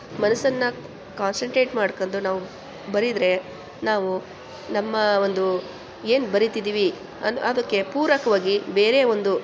ಮನಸನ್ನು concentrate ಮಾಡ್ಕೊಂಡು ನಾವು ಬರೆದ್ರೆ ನಾವು ನಮ್ಮ ಒಂದು ಏನು ಬರೀತಿದ್ದೀವಿ ಅಂದು ಅದಕ್ಕೆ ಪೂರಕವಾಗಿ ಬೇರೆ ಒಂದು